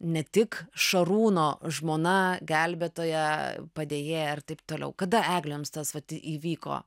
ne tik šarūno žmona gelbėtoja padėjėja ir taip toliau kada egle jums tas vat įvyko